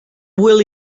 will